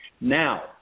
Now